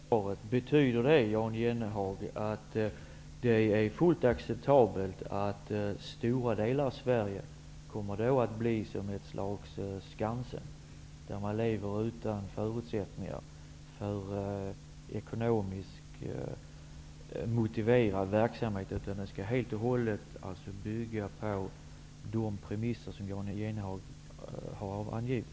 Fru talman! Jag tackar för svaret. Betyder det, Jan Jennehag, att det är fullt acceptabelt att stora delar av Sverige kommer att bli som ett slags Skansen, där man lever utan förutsättningar för ekonomiskt motiverad verksamhet och där människors tillvaro helt och hållet skall bygga på de premisser som Jan Jennehag har angivit?